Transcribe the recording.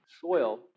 soil